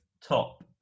top